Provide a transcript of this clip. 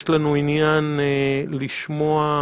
יש לנו עניין לשמוע,